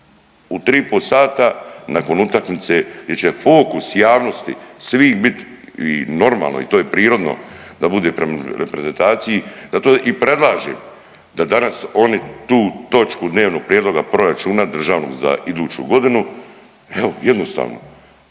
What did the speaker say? i po sata nakon utakmice gdje će fokus javnosti svih bit i normalno i to je prirodno da bude prema reprezentaciji zato i predlažem da danas oni tu točku dnevnog prijedloga proračuna državnog za iduću godinu evo jednostavno